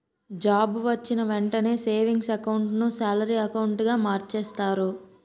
job వొచ్చిన వెంటనే savings account ను సాలరీ అకౌంటుగా మార్చేస్తారు